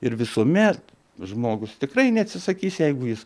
ir visuomet žmogus tikrai neatsisakys jeigu jis